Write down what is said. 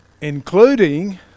including